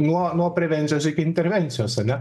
nuo nuo prevencijos iki intervencijos ane